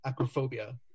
acrophobia